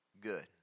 good